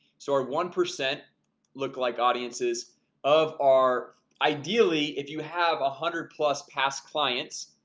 so our one percent look like audiences of our ideally if you have a hundred plus past clients,